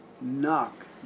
Knock